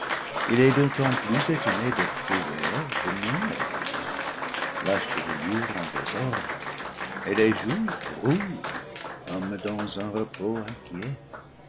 il est d'autant plus étonné de trouver eve non éveillée la chevelure en désordre et les joues rouges comme dans un repos inquiet